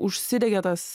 užsidegė tas